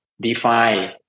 define